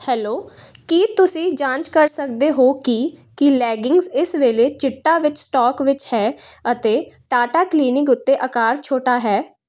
hello ਕੀ ਤੁਸੀਂ ਜਾਂਚ ਕਰ ਸਕਦੇ ਹੋ ਕਿ ਕੀ ਲੈਗਿੰਗਜ਼ ਇਸ ਵੇਲੇ ਚਿੱਟਾ ਵਿੱਚ ਸਟਾਕ ਵਿੱਚ ਹੈ ਅਤੇ ਟਾਟਾ ਕਲੀਨਿੰਗ ਉੱਤੇ ਅਕਾਰ ਛੋਟਾ ਹੈ